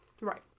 Right